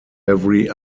every